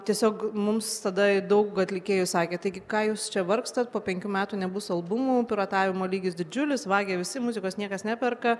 tiesiog mums tada daug atlikėjų sakė taigi ką jūs čia vargstat po penkių metų nebus albumų piratavimo lygis didžiulis vagia visi muzikos niekas neperka